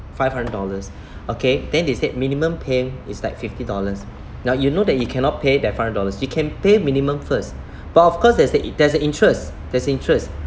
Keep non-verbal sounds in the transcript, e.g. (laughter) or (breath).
five hundred dollars (breath) okay then they said minimum pay is like fifty dollars now you know that you cannot pay that five dollars you can pay minimum first (breath) but of course there's the in~ there's an interest there's interest